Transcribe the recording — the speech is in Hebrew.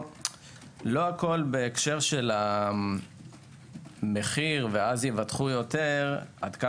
אבל לא הכול בהקשר של המחיר ואז יבטחו יותר,